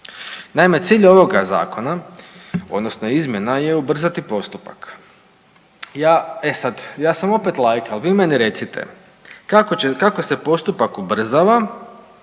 Naime, cilj ovoga zakona odnosno izmjena je ubrzati postupak. E sad, ja sam opet laik, ali vi meni recite kako se postupak ubrzava